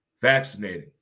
vaccinated